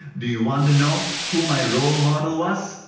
do you want to know who my role model was?